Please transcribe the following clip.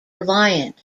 reliant